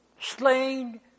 slain